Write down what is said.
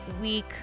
week